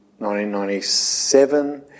1997